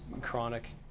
chronic